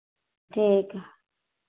ठीक है